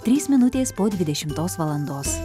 trys minutės po dvidešimtos valandos